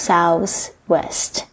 Southwest